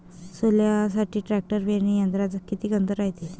सोल्यासाठी ट्रॅक्टर पेरणी यंत्रात किती अंतर रायते?